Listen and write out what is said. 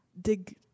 dig